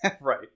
Right